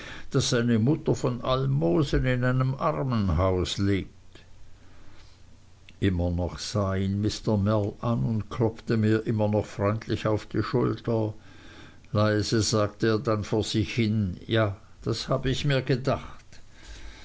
daß seine mutter von almosen in einem armenhaus lebt immer noch sah ihn mr mell an und klopfte mir immer noch freundlich auf die schulter leise sagte er dann vor sich hin ja das habe ich mir gedacht